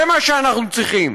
זה מה שאנחנו צריכים.